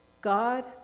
God